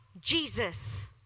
Jesus